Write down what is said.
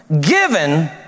given